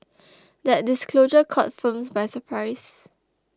that disclosure caught firms by surprise